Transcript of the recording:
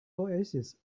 oasis